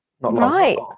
Right